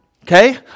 Okay